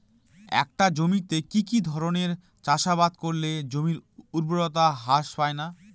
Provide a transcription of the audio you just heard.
একটা জমিতে কি কি ধরনের চাষাবাদ করলে জমির উর্বরতা হ্রাস পায়না?